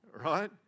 right